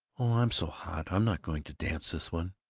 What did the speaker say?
i'm so hot i'm not going to dance this one.